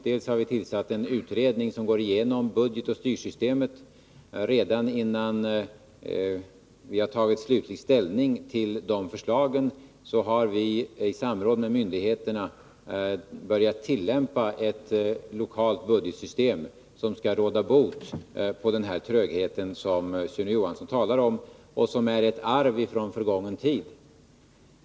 Dels har vi tillsatt en utredning som går igenom budgetoch styrsystemet, dels har vi redan innan vi har tagit slutlig ställning till utredningens förslag i samråd med myndigheterna börjat tillämpa ett lokalt budgetsystem som skall råda bot på den tröghet som Sune Johansson talar om och som är ett arv från gången tid.